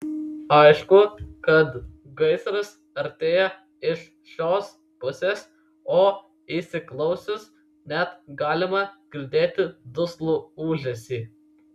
aišku kad gaisras artėja iš šios pusės o įsiklausius net galima girdėti duslų ūžesį